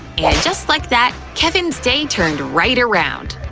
and just like that, kevin's day turned right around!